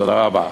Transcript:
תודה רבה.